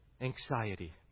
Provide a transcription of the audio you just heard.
anxiety